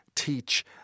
teach